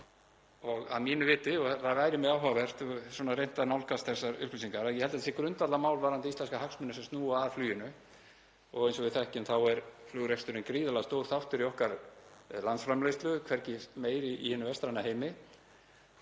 og að mínu viti væri mjög áhugavert — ég hef reynt að nálgast þessar upplýsingar og ég held að það sé grundvallarmál varðandi íslenska hagsmuni sem snúa að fluginu. Eins og við þekkjum er flugreksturinn gríðarlega stór þáttur í okkar landsframleiðslu, hvergi meiri í hinum vestræna heimi.